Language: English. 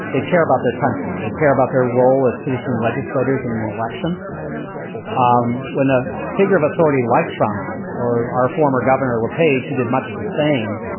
they care about their country. they care about their role as citizen legislators in an election um when a figure of authority like trump or our former governor le page, who did much the same,